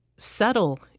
settle